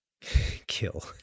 kill